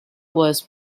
was